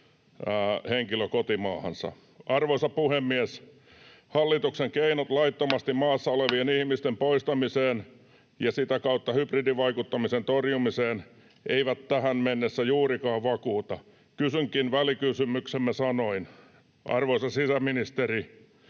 henkilö kotimaahansa. Arvoisa puhemies! Hallituksen keinot laittomasti maassa olevien ihmisten poistamiseen ja sitä kautta hybridivaikuttamisen torjumiseen eivät tähän mennessä juurikaan vakuuta. Kysynkin välikysymyksemme sanoin: arvoisa sisäministeri,